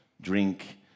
drink